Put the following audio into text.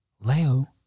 Leo